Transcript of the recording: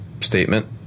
statement